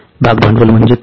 भाग भांडवल म्हणजे काय